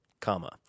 comma